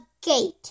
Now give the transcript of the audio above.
Gate